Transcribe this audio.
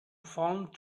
found